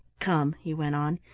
come, he went on,